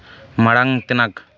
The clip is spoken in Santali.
ᱢᱟᱲᱟᱝ ᱛᱮᱱᱟᱜ